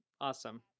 Awesome